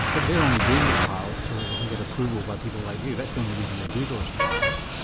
but they're only doing the trials so that they can get approval by people like you, that's the only reason they do those trials.